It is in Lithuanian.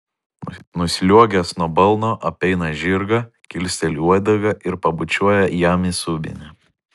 nusliuogęs nuo balno apeina žirgą kilsteli uodegą ir pabučiuoja jam į subinę